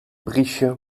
briesje